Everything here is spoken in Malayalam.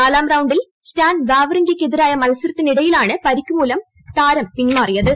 നാലാം റൌണ്ടിൽ സ്റ്റാൻ വാവ്റിങ്കക്കെതിരായ മത്സരത്തിനിടെയാണ് പരിക്ക് മൂലം താരം പിന്മാറിയത്